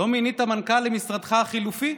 לא מינית מנכ"ל למשרדך החלופי?